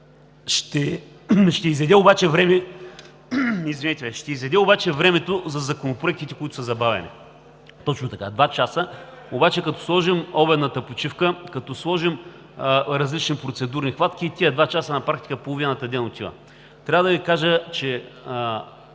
Ще изяде обаче времето за законопроектите, които са забавени. (Реплики.) Точно така – два часа, обаче като сложим обедната почивка, като сложим различни процедури и хватки, покрай тези два часа, на практика половината ден отива. Трябва да Ви кажа, че